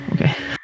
Okay